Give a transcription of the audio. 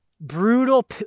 brutal